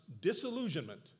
disillusionment